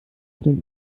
schnell